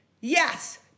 Yes